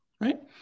Right